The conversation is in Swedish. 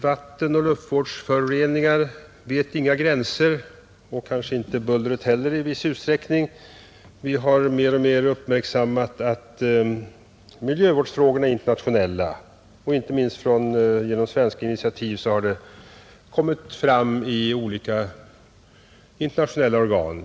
Vattenoch luftföroreningar vet inga gränser och kanske inte bullret heller i viss utsträckning. Vi har mer och mer uppmärksammat att miljövårdsfrågorna är internationella, och inte minst genom svenska initiativ har de kommit fram i olika internationella organ.